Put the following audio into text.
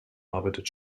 arbeitet